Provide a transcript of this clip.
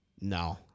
No